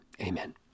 amen